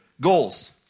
Goals